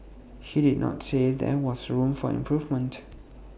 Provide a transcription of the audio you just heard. he did not say there was room for improvement